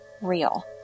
real